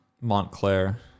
Montclair